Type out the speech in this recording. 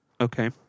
Okay